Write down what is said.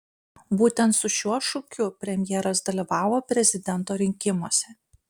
būtent su šiuo šūkiu premjeras dalyvavo prezidento rinkimuose